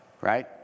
right